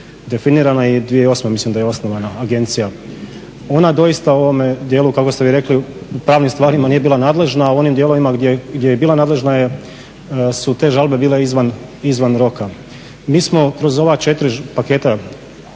stvarima nije bila nadležna, a u onim dijelovima gdje je bila nadležna su te žalbe bile izvan roka. Mi smo kroz ova 4 paketa